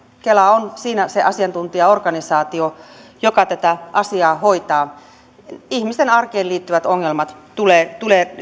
kela on siinä se asiantuntijaorganisaatio joka tätä asiaa hoitaa ihmisen arkeen liittyvät ongelmat tulee